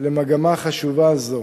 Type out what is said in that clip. למגמה חשובה זו.